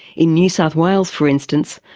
in new south wales for instance,